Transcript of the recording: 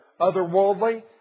otherworldly